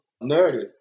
narrative